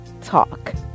Talk